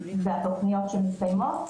והתוכניות שמתקיימות.